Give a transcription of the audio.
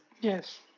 Yes